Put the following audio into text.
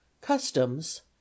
Customs